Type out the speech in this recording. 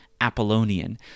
Apollonian